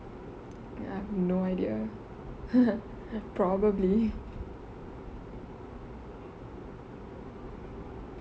I have no idea probably